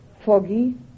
foggy